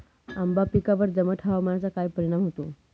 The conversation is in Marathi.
आंबा पिकावर दमट हवामानाचा काय परिणाम होतो?